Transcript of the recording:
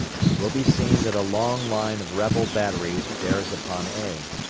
it will be seen that a long line of rebel batteries bears upon a,